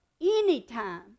Anytime